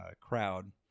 crowd